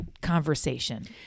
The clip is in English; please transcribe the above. conversation